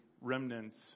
remnant's